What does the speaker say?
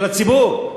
של הציבור.